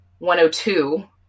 102